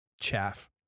chaff